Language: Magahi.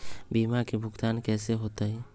बीमा के भुगतान कैसे होतइ?